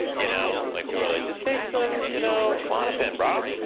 you know? like, people are like, just take some you know klonopin, brah.